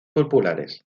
populares